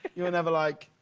you were never like